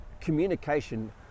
communication